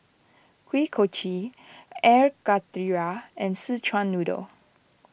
Kuih Kochi Air Karthira and Szechuan Noodle